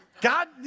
God